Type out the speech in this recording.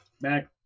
back